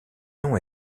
nom